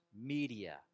media